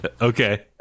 Okay